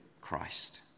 Christ